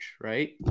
right